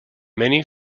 many